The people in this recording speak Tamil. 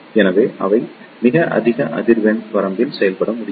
எனவே அவை மிக அதிக அதிர்வெண் வரம்பில் செயல்பட முடியும்